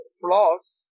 flaws